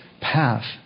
path